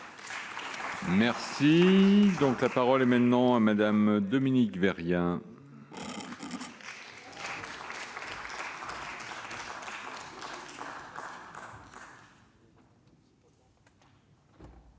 Merci donc la parole est maintenant à Madame Dominique rien.